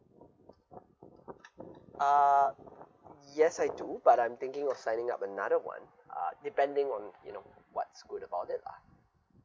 uh yes I do but I'm thinking of signing up another one uh depending on you know what's good about it lah